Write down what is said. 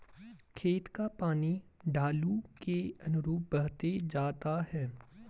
खेत का पानी ढालू के अनुरूप बहते जाता है